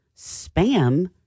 Spam